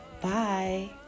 Bye